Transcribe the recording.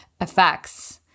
effects